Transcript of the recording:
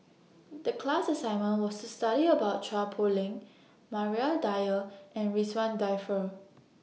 The class assignment was to study about Chua Poh Leng Maria Dyer and Ridzwan Dzafir